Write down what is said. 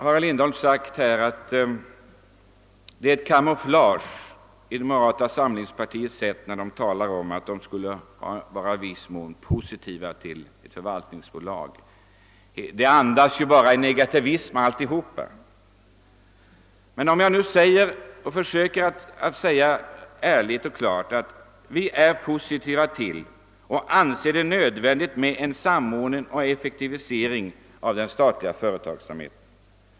Herr Lindholm har sagt att det är fråga om kamouflage när moderata samlingspartiet säger sig i viss mån vara positivt till ett förvaltningsbolag — allt andas, enligt herr Lindholm, bara negativism. Jag vill ärligt förklara att vi är positiva till och anser det nödvändigt med en samordning och effektivisering av den statliga företagsamheten.